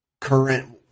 current